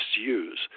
use